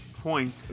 point